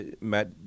Matt